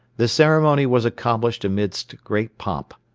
the ceremony was accomplished amidst great pomp.